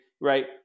right